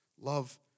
love